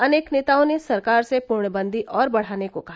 अनेक नेताओं ने सरकार से पूर्णबंदी और बढ़ाने को कहा